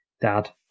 dad